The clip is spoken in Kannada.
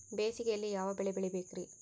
ಬೇಸಿಗೆಯಲ್ಲಿ ಯಾವ ಬೆಳೆ ಬೆಳಿಬೇಕ್ರಿ?